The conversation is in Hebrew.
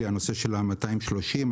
הנושא של 230 הסדרניות מאוד כואב לי,